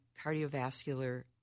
cardiovascular